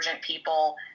people